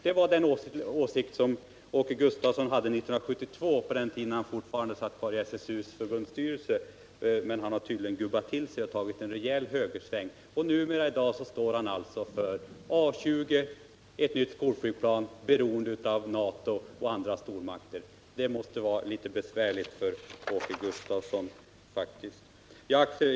Det var den åsikt Åke Gustavsson hade 1972, på den tiden då han fortfarande satt kvar i SSU:s förbundsstyrelse. Men han har tydligen gubbat till sig och tagit en rejäl högersväng, och i dag står han alltså för A 20— ett nytt skolflygplan, beroende av NATO och andra stormakter. Det måste faktiskt vara lite besvärligt för Åke Gustavsson.